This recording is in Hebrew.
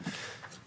שיוצאים.